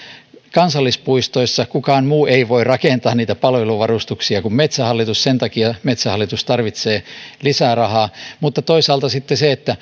kansallispuistoissa kukaan muu ei voi rakentaa niitä palveluvarustuksia kuin metsähallitus ja sen takia metsähallitus tarvitsee lisää rahaa mutta toisaalta on sitten se